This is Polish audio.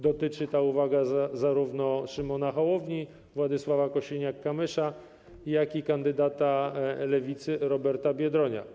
Dotyczy ta uwaga zarówno Szymona Hołowni, Władysława Kosiniaka-Kamysza, jak i kandydata Lewicy Roberta Biedronia.